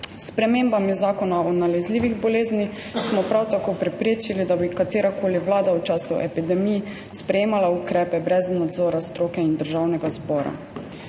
spremembami Zakona o nalezljivih boleznih smo prav tako preprečili, da bi katerakoli vlada v času epidemij sprejemala ukrepe brez nadzora stroke in Državnega zbora.